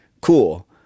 cool